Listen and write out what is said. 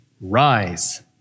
Rise